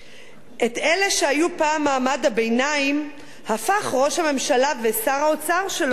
את אלה שהיו פעם מעמד הביניים הפכו ראש הממשלה ושר האוצר שלו בהינף